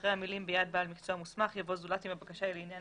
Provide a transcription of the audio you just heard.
אחרי המילים "ביד בעל מקצוע מוסמך" יבוא "זולת אם הבקשה היא לעניין